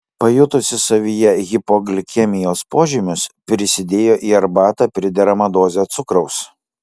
pajutusi savyje hipoglikemijos požymius prisidėjo į arbatą prideramą dozę cukraus